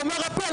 לא מרפא?